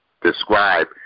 describe